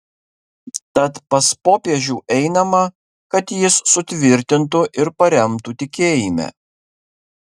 tad pas popiežių einama kad jis sutvirtintų ir paremtų tikėjime